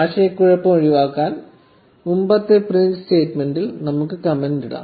ആശയക്കുഴപ്പം ഒഴിവാക്കാൻ മുമ്പത്തെ പ്രിന്റ് സ്റ്റെമെന്റ്സിൽ നമുക്ക് കമന്റ് ഇടാം